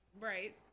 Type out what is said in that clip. Right